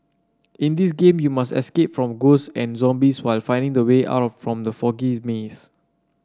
in this game you must escape from ghosts and zombies while finding the way out from the foggy maze